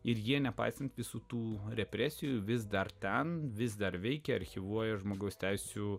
ir jie nepaisant visų tų represijų vis dar ten vis dar veikia archyvuoja žmogaus teisių